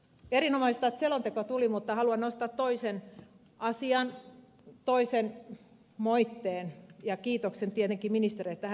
erinomaista että selonteko tuli mutta haluan nostaa toisen asian toisen moitteen ja kiitoksen tietenkin ministerille että hän on paikalla